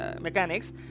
mechanics